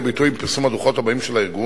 ביטוי עם פרסום הדוחות הבאים של הארגון,